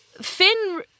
Finn